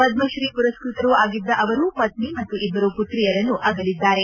ಪದ್ರಶ್ರೀ ಮರಸ್ನತರೂ ಆಗಿದ್ದ ಅವರು ಪತ್ನಿ ಮತ್ತು ಇಬ್ಬರು ಮತ್ರಿಯರನ್ನು ಅಗಲಿದ್ದಾರೆ